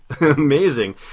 amazing